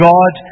God